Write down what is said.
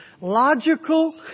Logical